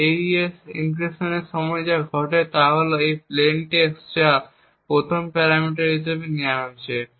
এখন AES এনক্রিপশনের সময় যা ঘটে তা হল এই প্লেইন টেক্সট যা 1ম প্যারামিটার হিসাবে নেওয়া হয়েছে